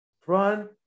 Front